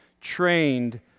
trained